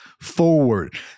forward